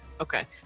Okay